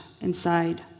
inside